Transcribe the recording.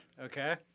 Okay